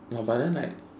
!wah! but then like